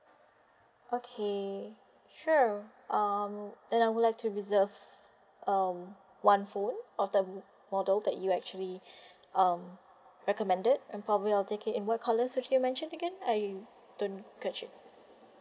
okay sure um then I would like to reserve um one phone of the model that you actually um recommended and probably I'll take in what colour that you mentioned again I don't catch it